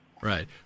Right